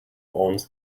owns